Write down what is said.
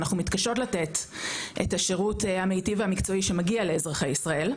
אנחנו מתקשות לתת את השירות המיטיב והמקצועי שמגיע לאזרחי ישראל,